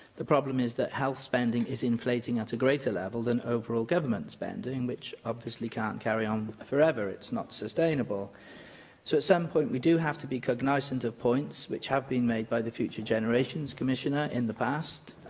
the problem is that health spending is inflating at a greater level than overall government spending, which, obviously, can't carry on forever it's not sustainable. so, at some point, we do have to be cognisant of points that have been made by the future generations commissioner in the past,